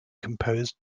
composed